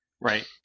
Right